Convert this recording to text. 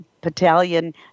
battalion